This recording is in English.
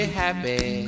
happy